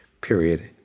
period